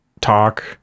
talk